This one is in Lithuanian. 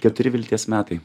keturi vilties metai